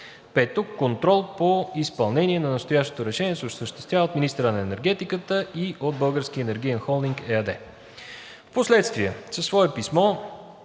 5. Контрол по изпълнение на настоящото решение се осъществява от министъра на енергетиката и от „Български енергиен холдинг“ ЕАД. Впоследствие със свое писмо,